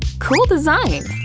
cool design!